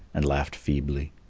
and laughed feebly.